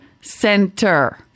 Center